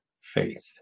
faith